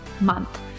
month